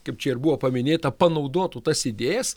kaip čia ir buvo paminėta panaudotų tas idėjas